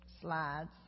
slides